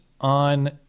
on